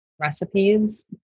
recipes